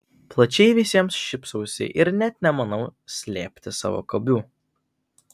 plačiai visiems šypsausi ir net nemanau slėpti savo kabių